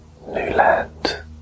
Newland